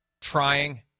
trying